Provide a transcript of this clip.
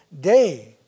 day